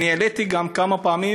אני גם העליתי כמה פעמים,